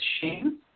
shame